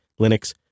Linux